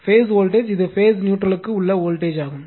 base voltage இது phase neutral க்கு உள்ள வோல்டேஜ் ஆகும்